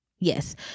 Yes